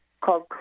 called